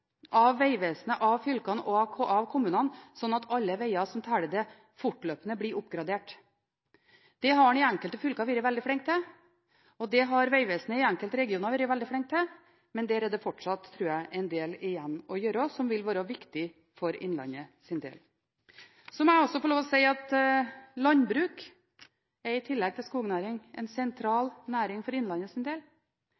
oppgradert. Det har en i enkelte fylker vært veldig flinke til, og det har Vegvesenet i enkelte regioner vært veldig flinke til, men der tror jeg det fortsatt er en del igjen å gjøre som vil være viktig for innlandets del. Så må jeg også få lov til å si at landbruk – i tillegg til skognæring – er en